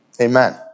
Amen